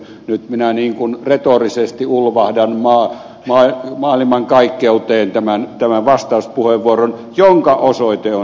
nyt minä niin kuin retorisesti ulvahdan maailmankaikkeuteen tämän vastauspuheenvuoron jonka osoite on ed